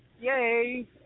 Yay